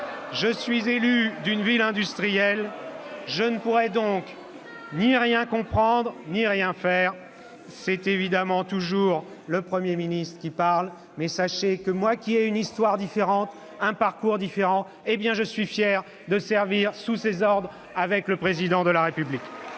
je suis élu d'une ville industrielle, je ne pourrais donc ni rien comprendre ni rien faire. » C'est évidemment toujours le Premier ministre qui parle, mais sachez que, moi qui ai une histoire différente, un parcours différent, je suis fier de servir sous ses ordres et ceux du Président de la République.